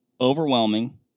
Overwhelming